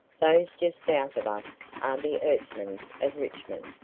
those just south of us are the ertsmans of richmond,